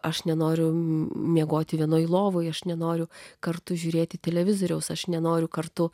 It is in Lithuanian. aš nenoriu miegoti vienoje lovoje aš nenoriu kartu žiūrėti televizoriaus aš nenoriu kartu